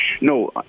no